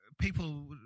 people